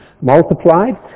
multiplied